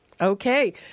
Okay